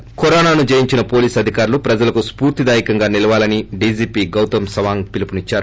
ి కరోనాను జయించిన పోలీసు అధికారులు ప్రజలకు స్ఫూర్తిదాయకంగా నిలవాలని డీజీపీ గౌతం సవాంగ్ పిలుపునిచ్చారు